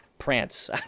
Prance